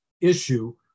issue